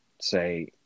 say